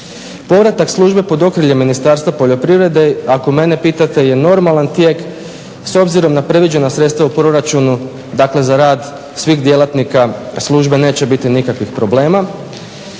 Povratak službe pod okrilje Ministarstva poljoprivrede ako mene pitate je normalan tijek. S obzirom na predviđena sredstva u proračunu za rad svih djelatnika službe neće biti nikakvih problema